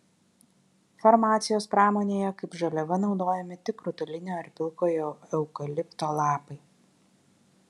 farmacijos pramonėje kaip žaliava naudojami tik rutulinio ar pilkojo eukalipto lapai